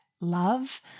love